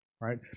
Right